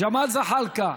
ג'מאל זחאלקה,